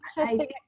interesting